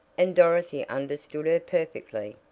and dorothy understood her perfectly.